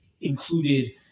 included